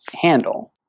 handle